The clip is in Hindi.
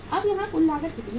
अब यहां कुल लागत कितनी है